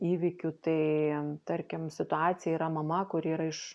įvykių tai tarkim situacija yra mama kuri yra iš